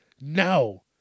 No